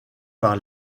par